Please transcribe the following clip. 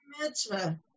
mitzvah